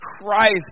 Christ